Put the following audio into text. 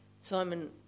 Simon